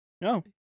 No